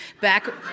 back